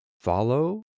follow